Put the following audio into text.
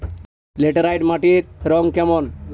Laterite মাটির রং কেমন?